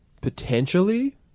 Potentially